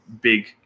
big